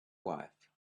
wife